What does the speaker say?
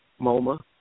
MoMA